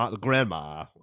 Grandma